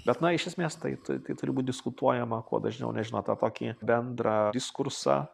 bet na iš esmės tai tu tai turi būt diskutuojama kuo dažniau nes žinot tą tokį bendrą diskursą